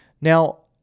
Now